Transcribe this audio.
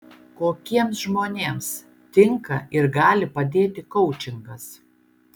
kokiems žmonėms tinka ir gali padėti koučingas